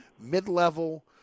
mid-level